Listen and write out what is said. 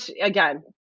again